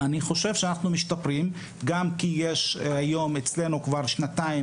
אני חושב שאנחנו משתפרים גם כי יש היום אצלנו כבר שנתיים